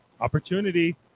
Opportunity